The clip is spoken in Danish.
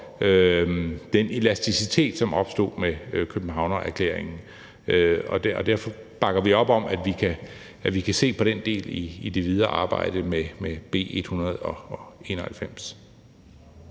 den elasticitet, som opstod med Københavnererklæringen. Derfor bakker vi op om, at vi kan se på den del i det videre arbejde med B 191.